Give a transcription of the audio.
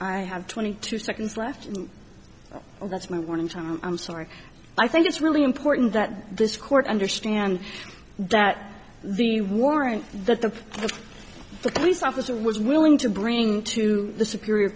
i have twenty two seconds left that's morning time i'm sorry i think it's really important that this court understand that the warrant that the police officer was willing to bring to the superior